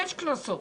יש קנסות